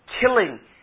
killing